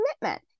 commitment